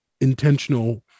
intentional